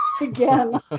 Again